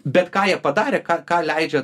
bet ką jie padarė ką ką leidžia